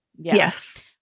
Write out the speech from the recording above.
Yes